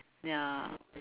ya